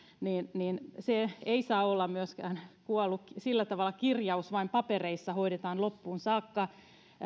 niin niin se ei saa olla myöskään sillä tavalla kuollut kirjaus että vain paperilla hoidetaan loppuun saakka